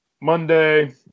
Monday